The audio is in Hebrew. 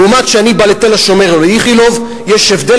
וכשאני בא ל"תל-השומר" או ל"איכילוב" יש הבדל.